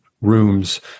rooms